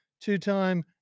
two-time